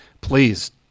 please